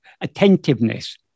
attentiveness